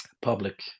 public